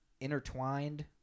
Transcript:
intertwined